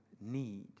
need